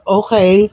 okay